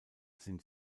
sind